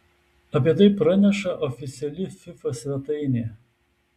apie tai praneša oficiali fifa svetainė